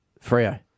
Frio